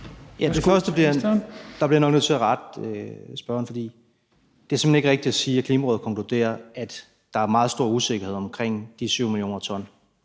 Der bliver jeg nok nødt til at rette spørgeren, for det er simpelt hen ikke rigtigt at sige, at Klimarådet konkluderer, at der er meget stor usikkerhed omkring de 7 mio. t